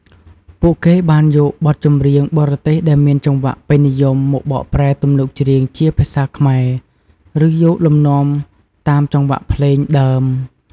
ពួកគេបានយកបទចម្រៀងបរទេសដែលមានចង្វាក់ពេញនិយមមក បកប្រែទំនុកច្រៀងជាភាសាខ្មែរ ឬ យកលំនាំតាមចង្វាក់ភ្លេង ដើម។